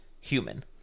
human